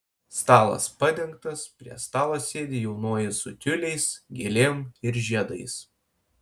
stalas padengtas prie stalo sėdi jaunoji su tiuliais gėlėm ir žiedais